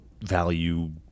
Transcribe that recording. Value